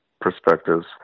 perspectives